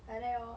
like that orh